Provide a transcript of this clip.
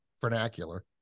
vernacular